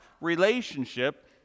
relationship